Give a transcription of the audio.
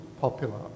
popular